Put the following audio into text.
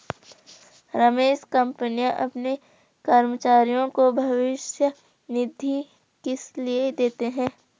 रमेश कंपनियां अपने कर्मचारियों को भविष्य निधि किसलिए देती हैं?